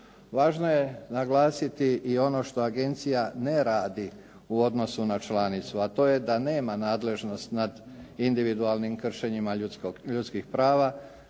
Važno je naglasiti i ono što agencija ne radi u odnosu na članicu, a to je da nema nadležnost nad individualnim kršenjima ljudskih prava,